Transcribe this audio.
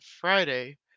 Friday